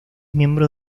miembro